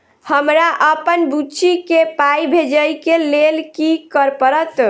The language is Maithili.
हमरा अप्पन बुची केँ पाई भेजइ केँ लेल की करऽ पड़त?